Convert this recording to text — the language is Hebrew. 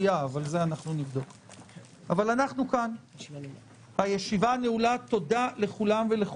16:00. הישיבה ננעלה בשעה 13:48.